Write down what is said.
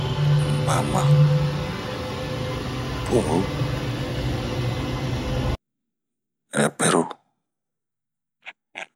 mama, poro, ɛpɛru